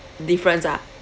difference ah